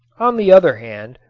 on the other hand,